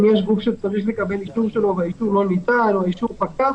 אם יש גוף שצריך לקבל אישור שלו והאישור לא ניתן או האישור פקע,